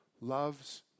loves